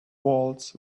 waltz